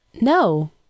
no